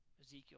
Ezekiel